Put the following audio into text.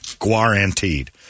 Guaranteed